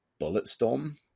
Bulletstorm